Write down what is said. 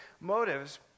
motives